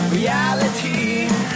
Reality